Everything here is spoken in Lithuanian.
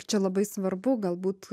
čia labai svarbu galbūt